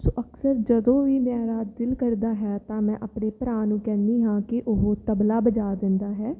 ਸੋ ਅਕਸਰ ਜਦੋਂ ਵੀ ਮੇਰਾ ਦਿਲ ਕਰਦਾ ਹੈ ਤਾਂ ਮੈਂ ਆਪਣੇ ਭਰਾ ਨੂੰ ਕਹਿੰਦੀ ਹਾਂ ਕਿ ਉਹ ਤਬਲਾ ਵਜਾ ਦਿੰਦਾ ਹੈ